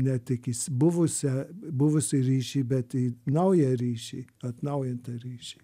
ne tik buvusią buvusį ryšį bet į naują ryšį atnaujintą ryšį